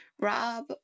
rob